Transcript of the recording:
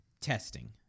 testing